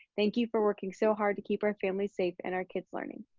thank you for working so hard to keep our family safe and our kids learning.